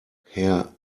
herr